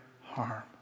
harm